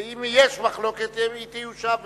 אם יש מחלוקת היא תיושב בוודאי.